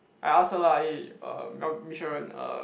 I ask her lah eh um mel~ Miss Sharon um